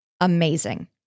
amazing